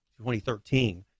2013